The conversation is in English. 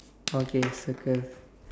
okay circle